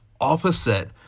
opposite